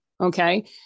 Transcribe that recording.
Okay